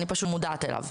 אני פשוט לא מודעת אליו.